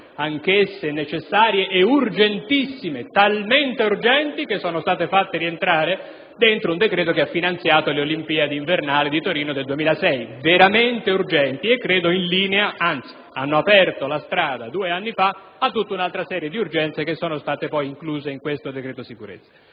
anch'esse necessarie e urgentissime, talmente urgenti da essere state fatte rientrare in un decreto che ha finanziato le Olimpiadi invernali di Torino del 2006. Norme veramente urgenti che hanno poi aperto la strada due anni fa a tutta un'altra serie di urgenze poi incluse in questo decreto sicurezza.